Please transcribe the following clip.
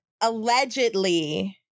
allegedly